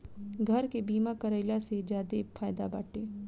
घर के बीमा कराइला से ज्यादे फायदा बाटे